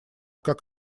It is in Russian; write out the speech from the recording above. как